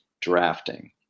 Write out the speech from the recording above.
drafting